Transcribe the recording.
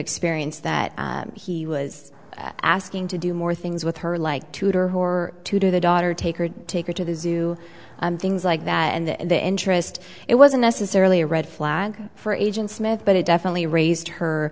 experience that he was asking to do more things with her like tutor who are to do the daughter take or take her to the zoo things like that and the interest it wasn't necessarily a red flag for agent smith but it definitely raised her